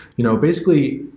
you know basically,